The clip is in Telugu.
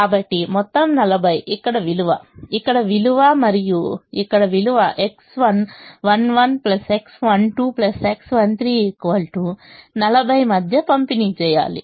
కాబట్టి మొత్తం 40 ఇక్కడ విలువ ఇక్కడ విలువ మరియు ఇక్కడ విలువ X11 X12 X13 40 మధ్య పంపిణీ చేయాలి